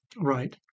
Right